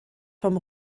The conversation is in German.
vom